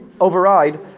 override